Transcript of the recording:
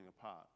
apart